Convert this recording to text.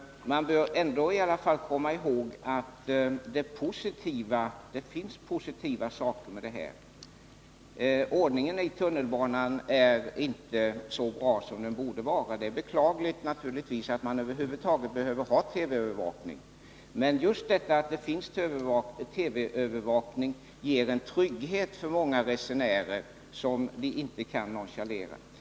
Man bör i alla fall komma ihåg att det också finns positiva inslag i det här. Ordningen i tunnelbanan är inte så bra som den borde vara. Det är naturligtvis beklagligt att man över huvud taget behöver ha TV-övervakning. Men just detta att det finns TV-övervakning ger en trygghet för många resenärer, något som vi inte skall nonchalera.